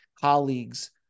colleagues